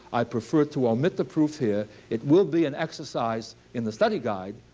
i prefer to omit the proof here. it will be an exercise in the study guide,